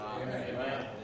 Amen